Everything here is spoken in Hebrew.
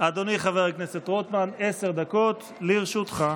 אדוני חבר הכנסת רוטמן, עשר דקות לרשותך.